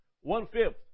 one-fifth